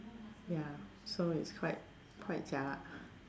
ya so is quite quite jialat